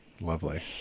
Lovely